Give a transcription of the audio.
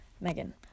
Megan